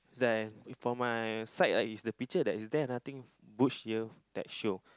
is like for my side right is the picture that is there nothing butch here that show